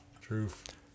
Truth